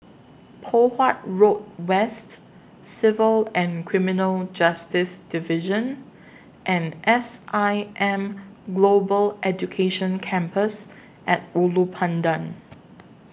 Poh Huat Road West Civil and Criminal Justice Division and S I M Global Education Campus At Ulu Pandan